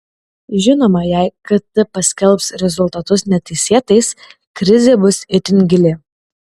žinoma jei kt paskelbs rezultatus neteisėtais krizė bus itin gili